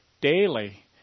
daily